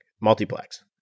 multiplex